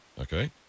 Okay